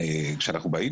כשאנחנו באים